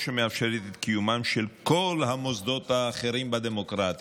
המאפשרת את קיומם של כל המוסדות האחרים בדמוקרטיה"